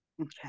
Okay